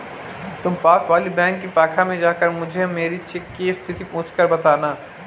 तुम पास वाली बैंक की शाखा में जाकर मुझे मेरी चेक की स्थिति पूछकर बताना